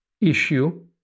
issue